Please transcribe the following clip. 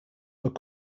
were